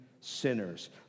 sinners